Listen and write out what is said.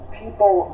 people